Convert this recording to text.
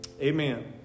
Amen